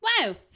wow